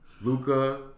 Luca